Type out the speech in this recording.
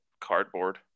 cardboard